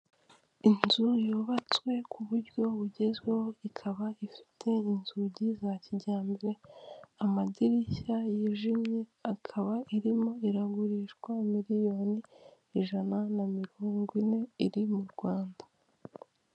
Inzu yubatswe ku buryo bugezweho ikaba ifite inzugi za kijyambere, amadirishya yijimye akaba irimo iragurishwa miliyoni ijana na mirongo ine, iri mu Rwanda.